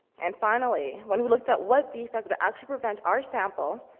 and finally, when we looked at what defect would actually prevent our sample,